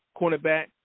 cornerback